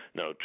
no